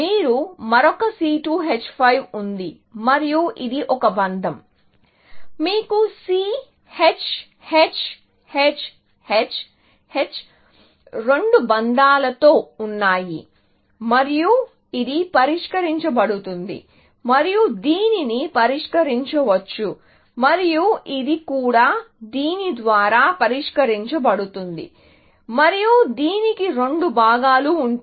మీకు మరొక C2H5 ఉంది మరియు ఇది ఒక బంధం మీకు C H H H H H రెండు బంధాలతో ఉన్నాయి మరియు ఇది పరిష్కరించబడుతుంది మరియు దీనిని పరిష్కరించవచ్చు మరియు ఇది కూడా దీని ద్వారా పరిష్కరించబడుతుంది మరియు దీనికి రెండు భాగాలు ఉంటాయి